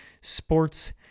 Sports